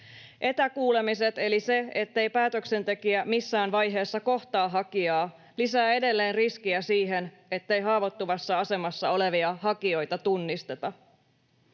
Etäkuulemiset, eli se, ettei päätöksentekijä missään vaiheessa kohtaa hakijaa, lisäävät edelleen riskiä siihen, ettei haavoittuvassa asemassa olevia hakijoita tunnisteta.